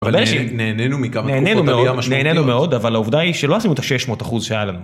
נהנינו מאוד נהנינו מאוד אבל העובדה היא שלא עשינו את ה-600 אחוז שהיה לנו.